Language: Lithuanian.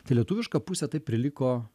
tai lietuviška pusė taip ir liko